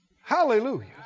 Hallelujah